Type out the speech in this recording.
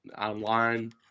online